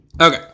Okay